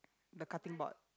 the cutting board